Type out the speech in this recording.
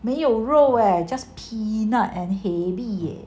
没有肉 leh just peanut and hae bee